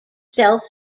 self